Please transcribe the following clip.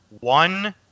one